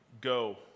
go